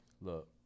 Look